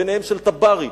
ביניהן של א-טברי,